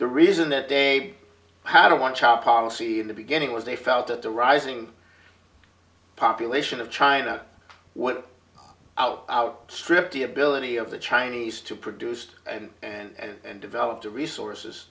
the reason that they had a want child policy in the beginning was they felt that the rising population of china went out out stripped the ability of the chinese to produced and develop the resources